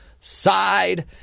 side